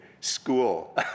school